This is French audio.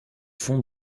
fond